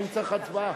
האם צריך הצבעה?